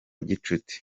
gicuti